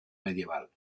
medieval